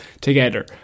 together